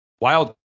wild